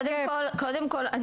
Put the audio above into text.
קודם כל,